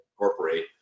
incorporate